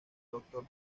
doctor